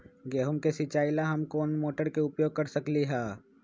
गेंहू के सिचाई ला हम कोंन मोटर के उपयोग कर सकली ह?